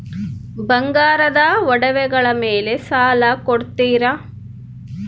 ಬಂಗಾರದ ಒಡವೆಗಳ ಮೇಲೆ ಸಾಲ ಕೊಡುತ್ತೇರಾ?